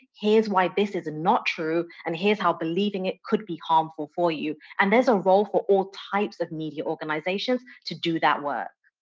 here's why this is not true, and here's how believing it could be harmful for you. and there's a role for all types of media organizations to do that work.